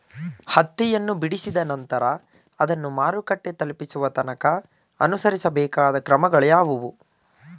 ಹತ್ತಿಯನ್ನು ಬಿಡಿಸಿದ ನಂತರ ಅದನ್ನು ಮಾರುಕಟ್ಟೆ ತಲುಪಿಸುವ ತನಕ ಅನುಸರಿಸಬೇಕಾದ ಕ್ರಮಗಳು ಯಾವುವು?